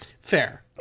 Fair